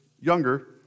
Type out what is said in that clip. younger